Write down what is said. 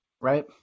right